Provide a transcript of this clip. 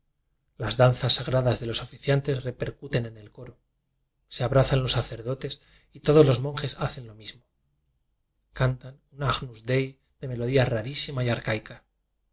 las danzas sa gradas de los oficiantes repercuten en el coro se abrazan los sacerdotes y todos los monjes hacen lo mismo cantan un ag nus dei de melodía rarísima y arcaica